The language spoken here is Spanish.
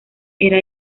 era